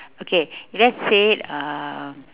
okay let's say um